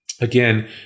Again